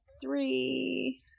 three